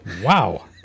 Wow